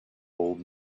old